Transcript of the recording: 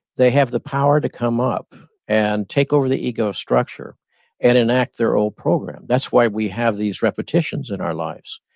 they have the power to come up and take over the ego structure and enact their old program, that's why we have these repetitions in our lives.